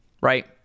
right